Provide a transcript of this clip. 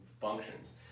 functions